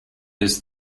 his